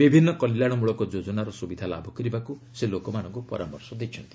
ବିଭିନ୍ନ କଲ୍ୟାଶମଳକ ଯୋଜନାର ସୁବିଧା ଲାଭ କରିବାକୁ ସେ ଲୋକମାନଙ୍କୁ ପରାମର୍ଶ ଦେଇଛନ୍ତି